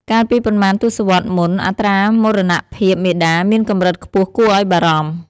កាលពីប៉ុន្មានទសវត្សរ៍មុន អត្រាមរណភាពមាតាមានកម្រិតខ្ពស់គួរឱ្យបារម្ភ។